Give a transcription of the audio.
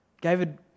David